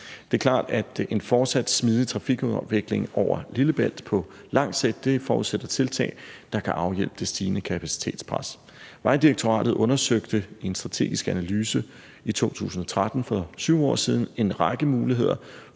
Det er klart, at en fortsat smidig trafikafvikling over Lillebælt på lang sigt forudsætter tiltag, der kan afhjælpe det stigende kapacitetspres. Vejdirektoratet undersøgte i en strategisk analyse i 2013, for 7 år siden, en række muligheder